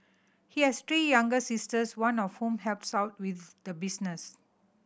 he has three younger sisters one of whom helps out with the business